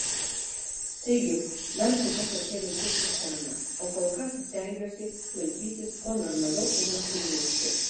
taigi dar šiokia tokia viltis rusena o kol kas stengiuosi laikytis kuo normaliau ir nesugniužti